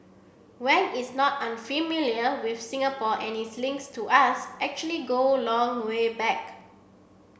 Wang is not unfamiliar with Singapore and his links to us actually go long way back